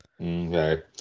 Okay